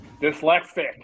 Dyslexic